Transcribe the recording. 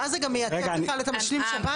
ואז זה גם מייתר בכלל את המשלים שב"ן?